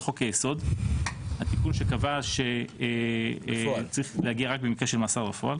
לחוק היסוד - התיקון שקבע רק במקרה של מאסר בפועל